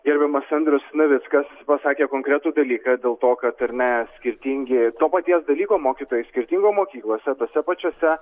gerbiamas andrius navickas pasakė konkretų dalyką dėl to kad ir na skirtingi to paties dalyko mokytojai skirtingose mokyklose tose pačiose